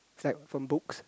it's like from books